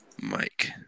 Mike